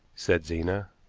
said zena.